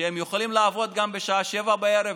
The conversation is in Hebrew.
שהם יכולים לעבוד גם בשעה 19:00,